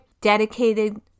dedicated